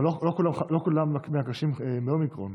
אבל לא כל הקשים חולים באומיקרון.